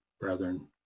brethren